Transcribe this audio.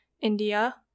India